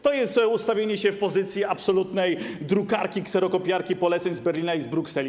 To jest ustawienie się w pozycji absolutnej drukarki, kserokopiarki poleceń z Berlina i z Brukseli.